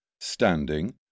standing